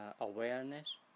awareness